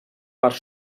part